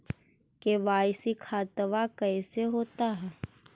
KYC खतबा कैसे होता?